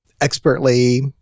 expertly